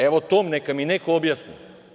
Evo, to neka mi neko objasni.